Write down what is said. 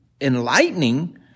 enlightening